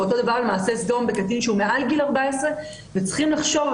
ואותו דבר במעשה סדום בקטין שהוא מעל גיל 14. צריכים לחשוב,